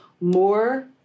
more